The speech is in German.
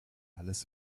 alles